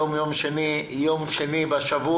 יום שני בשבוע,